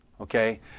Okay